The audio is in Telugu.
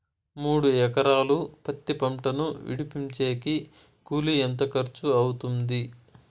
మూడు ఎకరాలు పత్తి పంటను విడిపించేకి కూలి ఎంత ఖర్చు అవుతుంది?